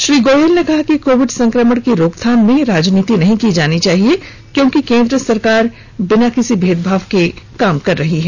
श्री गोयल ने कहा कि कोविड संक्रमण की रोकथाम में राजनीति नहीं की जानी चाहिए क्योंकि केंद्र सरकार बिना किसी भेदभाव के काम कर रही है